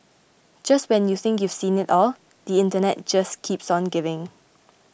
just when you think you've seen it all the Internet just keeps on giving